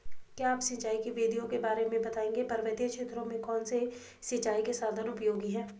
क्या आप सिंचाई की विधियों के बारे में बताएंगे पर्वतीय क्षेत्रों में कौन से सिंचाई के साधन उपयोगी हैं?